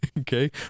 Okay